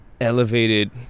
elevated